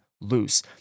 loose